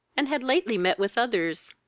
and had lately met with others,